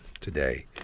today